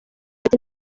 ati